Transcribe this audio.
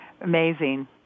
Amazing